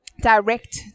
direct